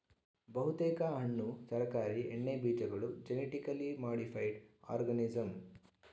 ಬಹುತೇಕ ಹಣ್ಣು ತರಕಾರಿ ಎಣ್ಣೆಬೀಜಗಳು ಜೆನಿಟಿಕಲಿ ಮಾಡಿಫೈಡ್ ಆರ್ಗನಿಸಂ